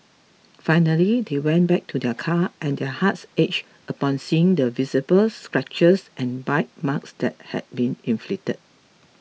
finally they went back to their car and their hearts ached upon seeing the visible scratches and bite marks that had been inflicted